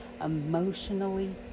emotionally